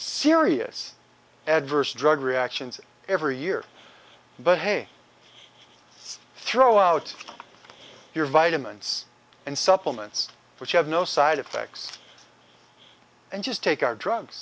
serious adverse drug reactions every year but hey it's throw out your vitamins and supplements which have no side effects and just take our drugs